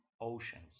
oceans